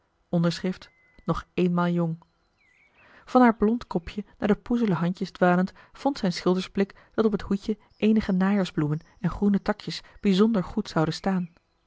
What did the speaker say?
onderschrift nog eenmaal jong van haar blond kopje naar de poezele handjes dwalend vond zijn schildersblik dat op het hoedje eenige marcellus emants een drietal novellen najaarsbloemen en groene takjes bijzonder goed zouden staan